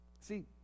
See